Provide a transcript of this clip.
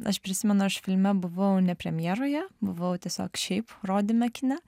aš prisimenu aš filme buvau ne premjeroje buvau tiesiog šiaip rodyme kine